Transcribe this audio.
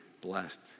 blessed